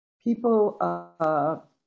People